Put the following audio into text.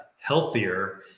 healthier